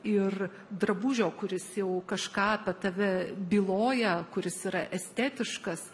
ir drabužio kuris jau kažką apie tave byloja kuris yra estetiškas